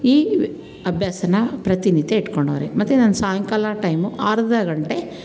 ಈ ಅಭ್ಯಾಸನ ಪ್ರತಿನಿತ್ಯ ಇಟ್ಕೊಂಡವ್ರೆ ಮತ್ತು ನಾನು ಸಾಯಂಕಾಲ ಟೈಮು ಅರ್ಧ ಗಂಟೆ